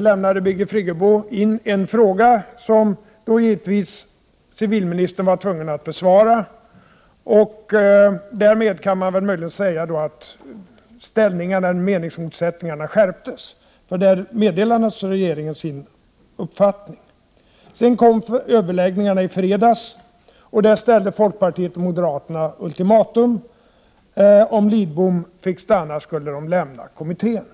lämnade Birgit Friggebo in en fråga, som civilministern givetvis var tvungen att besvara. Därmed kan man möjligen säga att meningsmotsättningarna skärptes. Det var ju då som regeringen meddelade sin uppfattning. Sedan kom överläggningarna i fredags och där ställde folkpartiet och moderaterna ultimatum. Om Lidbom fick stanna, skulle de lämna kommittén.